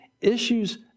issues